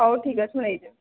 ହେଉ ଠିକ୍ ଅଛି ମୁଁ ନେଇଯିବି